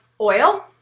Oil